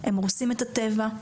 הם הורסים את הטבע,